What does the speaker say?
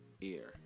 ear